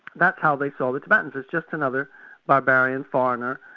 that's how they saw the tibetans, as just another barbarian foreigner,